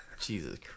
Jesus